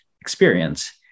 experience